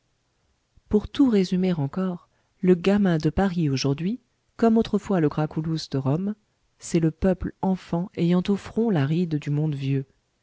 pour tout résumer encore le gamin de paris aujourd'hui comme autrefois le gracculus de rome c'est le peuple enfant ayant au front la ride du monde vieux